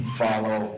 follow